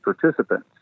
participants